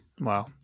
Wow